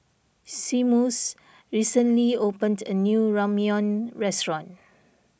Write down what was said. Seamus recently opened a new Ramyeon restaurant